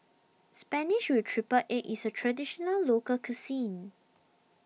Spinach with Triple Egg is a Traditional Local Cuisine